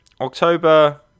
October